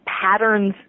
patterns